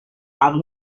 عقل